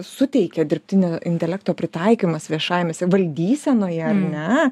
suteikia dirbtinio intelekto pritaikymas viešajam valdysenoje ar ne